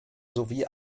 sowie